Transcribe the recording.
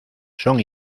son